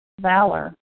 Valor